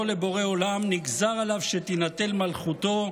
לבורא עולם נגזר עליו שתינטל מלכותו,